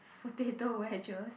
potato wedges